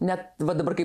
net va dabar kai